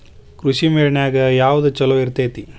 ಕೃಷಿಮೇಳ ನ್ಯಾಗ ಯಾವ್ದ ಛಲೋ ಇರ್ತೆತಿ?